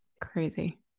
crazy